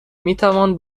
میتوان